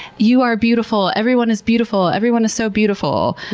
you are beautiful. everyone is beautiful. everyone is so beautiful!